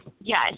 yes